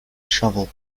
shovel